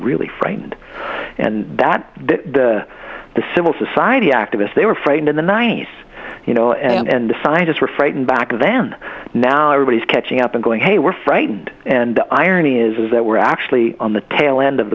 really frightened and that the civil society activists they were frightened in the ninety's you know and the scientists were frightened back and than now everybody's catching up and going hey we're frightened and the irony is that we're actually on the tail end of